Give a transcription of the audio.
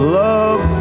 love